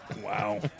Wow